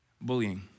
bullying